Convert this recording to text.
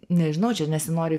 nežinau čia nesinori